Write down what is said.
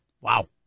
wow